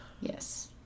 Yes